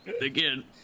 again